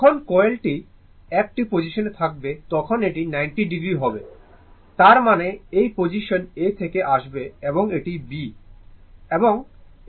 যখন কয়েলটি এই পজিশন থাকবে তখন এটি 90 ডিগ্রি হবে তার মানে এই পজিশন A এখানে আসবে এবং এটি B এবং এই পয়েন্টটি এখানে আসবে